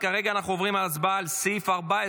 אנחנו עוברים כרגע להצבעה על סעיף 14,